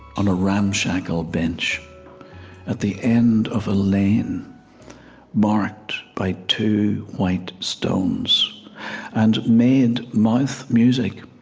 on a ramshackle bench at the end of a lane marked by two white stones and made mouth music